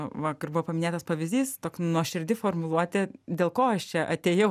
vakar buvo paminėtas pavyzdys toks nuoširdi formuluotė dėl ko aš čia atėjau